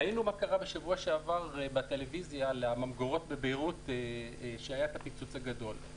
ראינו בשבוע שעבר מה קרה לממגורות בביירות בפיצוץ הגדול.